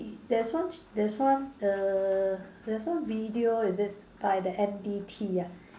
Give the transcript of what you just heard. there's one there's one err there's one video is it by the N_B_T ah